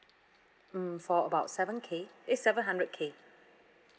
mm for about seven K eh seven hundred K